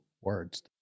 words